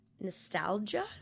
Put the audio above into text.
nostalgia